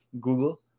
google